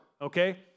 okay